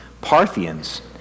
Parthians